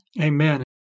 Amen